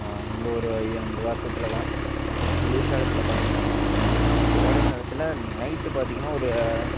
இந்த ஒரு ய இந்த வருசத்தில் தான் அப்புறம் குளிர் காலத்தில் பார்த்திங்கன்னா அதுவும் இல்லாமல் கோடைகாலத்தில் நைட்டு பார்த்திங்கன்னா ஒரு